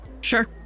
Sure